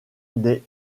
des